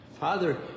Father